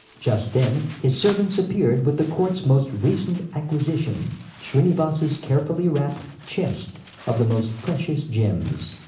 just then, his servants appeared with the court's most recent acquisition shrinivas's carefully wrapped chest of the most precious gems.